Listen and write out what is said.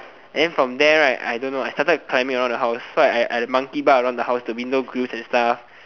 then from there right I don't know I started climbing around the house so I I monkey bar around the house the window grills and stuff